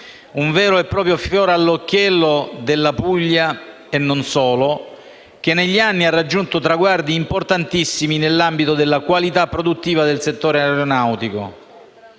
un vero e proprio fiore all'occhiello della Puglia, e non solo, che negli anni ha raggiunto traguardi importantissimi nell'ambito della qualità produttiva del settore aeronautico.